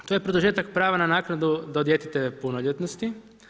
To je produžetak prava na naknadu do djetetove punoljetnosti.